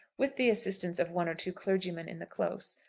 with the assistance of one or two clergymen in the close,